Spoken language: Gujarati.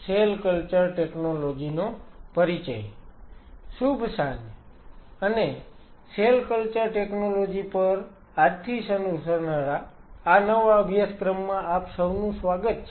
શુભ સાંજ અને સેલ કલ્ચર ટેકનોલોજી પર આજથી શરૂ થનારા આ નવા અભ્યાસક્રમમાં આપ સૌનું સ્વાગત છે